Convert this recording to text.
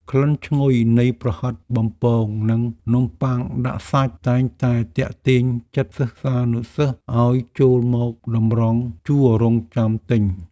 ក្លិនឈ្ងុយនៃប្រហិតបំពងនិងនំបុ័ងដាក់សាច់តែងតែទាក់ទាញចិត្តសិស្សានុសិស្សឱ្យចូលមកតម្រង់ជួររង់ចាំទិញ។